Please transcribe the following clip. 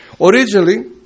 Originally